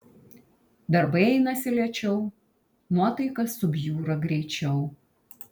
darbai einasi lėčiau nuotaika subjūra greičiau